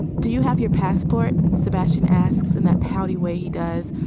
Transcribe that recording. do you have your passport? sebastian asks in that pouty way he does,